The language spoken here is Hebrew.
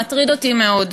מטריד אותי מאוד.